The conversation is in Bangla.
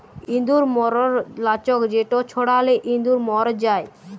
ইঁদুর ম্যরর লাচ্ক যেটা ছড়ালে ইঁদুর ম্যর যায়